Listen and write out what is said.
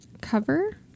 cover